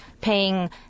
paying